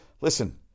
Listen